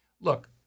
look